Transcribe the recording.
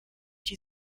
die